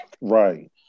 Right